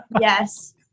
Yes